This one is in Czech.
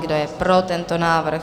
Kdo je pro tento návrh?